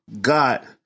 God